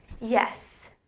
yes